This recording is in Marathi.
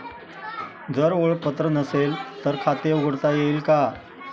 जर ओळखपत्र नसेल तर खाते उघडता येईल का?